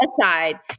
aside